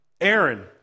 Aaron